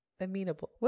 amenable